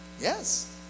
Yes